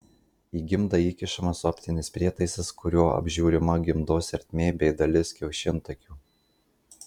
į gimdą įkišamas optinis prietaisas kuriuo apžiūrima gimdos ertmė bei dalis kiaušintakių